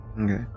Okay